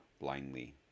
blindly